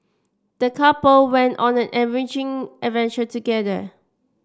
the couple went on an enriching adventure together